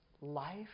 life